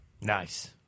Nice